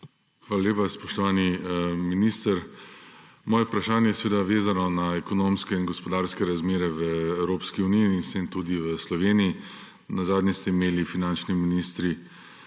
Hvala lepa. Spoštovani minister! Moje vprašanje je seveda vezano na ekonomske in gospodarske razmere v Evropski uniji in s tem tudi v Sloveniji. Nazadnje ste imeli finančni ministri